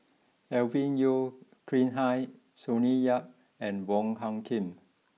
Alvin Yeo Khirn Hai Sonny Yap and Wong Hung Khim